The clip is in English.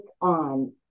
on